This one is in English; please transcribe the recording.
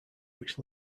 which